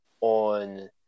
on